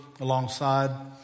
alongside